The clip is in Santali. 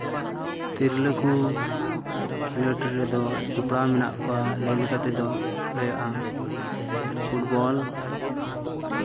ᱛᱤᱨᱞᱟᱹ ᱠᱚ ᱠᱷᱮᱞᱳᱰ ᱨᱮᱫᱚ ᱡᱚᱯᱲᱟᱣ ᱢᱮᱱᱟᱜ ᱠᱚᱣᱟ ᱞᱟᱹᱭ ᱞᱮᱠᱟ ᱛᱮ ᱫᱚ ᱞᱟᱹᱭᱟᱹᱜᱼᱟ ᱯᱷᱩᱴᱵᱚᱞ